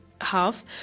half